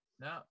No